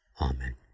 Amen